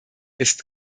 ist